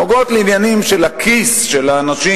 שנוגעות לעניינים של הכיס של האנשים: